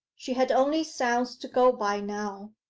she had only sounds to go by now,